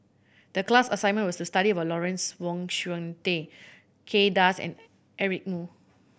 the class assignment was to study about Lawrence Wong Shyun Tsai Kay Das and Eric Moo